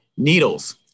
needles